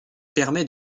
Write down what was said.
permet